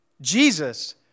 Jesus